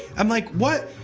i'm like, what?